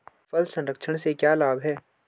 फल संरक्षण से क्या लाभ है?